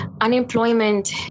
Unemployment